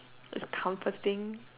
it's comforting